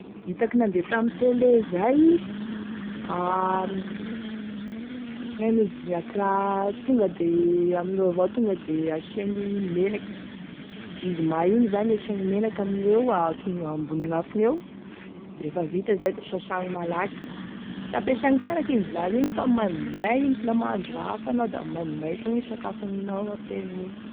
Gn'itako nandeha tame tele izay a akognaia mein izy igny akora tonga de amigneo avao tonga de asiagny menaky, izy may igny zany asiagny menaky amigneo atongoa ambony gn'afo gneo laf vita izay da sasagny malaky, sy ampiasagny shanaky igny vilagny igny fa maimbo may igny ka la mahandro raha hafa anao da maimbo may avao koa e sakafo aninao après an'igny.